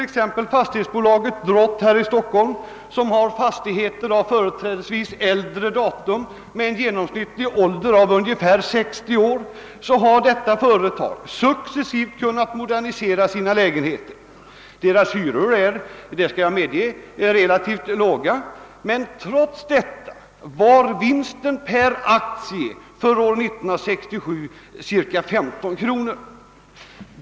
Exempelvis fastighetsbolaget Drott, som innehar företrädesvis äldre fastigheter — de har genomsnittligt varit i bruk ungefär 60 år — har successivt moderniserat lägenheterna. Detta fastighetsbolags hyror är — det skall jag erkänna — relativt låga, men trots detta var vinsten per aktie för år 1967 cirka 15 kronor.